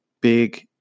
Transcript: big